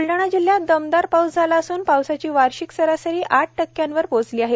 ब्लडाणा जिल्ह्यात दमदार पाऊस झाला असून पावसाची वार्षिक सरासरी आठ टक्क्यावर पोहोचली आहे